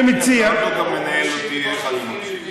אני מציע, אתה עוד לא מנהל אותי, איך אני מקשיב.